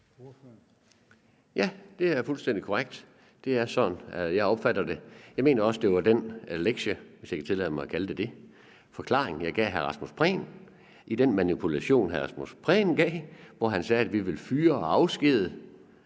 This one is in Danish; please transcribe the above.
Ja, det er fuldstændig korrekt. Det er sådan, jeg opfatter det. Jeg mener også, at det var den lektie – hvis jeg kan tillade mig at kalde det det – forklaring, jeg gav hr. Rasmus Prehn i den manipulation, hr. Rasmus Prehn gav, hvor han sagde, at vi ville fyre og afskedige.